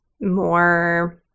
more